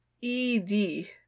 E-D